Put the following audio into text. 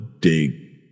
dig